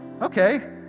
Okay